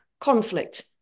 Conflict